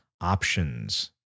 options